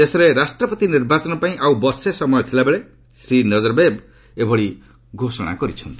ଦେଶରେ ରାଷ୍ଟ୍ରପତି ନିର୍ବାଚନ ପାଇଁ ଆଉ ବର୍ଷେ ସମୟ ଥିବାବେଳେ ଶ୍ରୀ ନଜରବେୟଭ୍ ଏଭଳି ଘୋଷଣା କରିଛନ୍ତି